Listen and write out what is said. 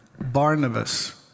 Barnabas